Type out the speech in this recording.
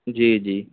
جی جی